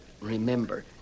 Remember